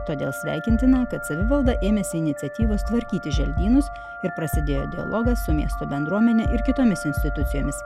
todėl sveikintina kad savivalda ėmėsi iniciatyvos tvarkyti želdynus ir prasidėjo dialogas su miesto bendruomene ir kitomis institucijomis